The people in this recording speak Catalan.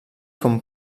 com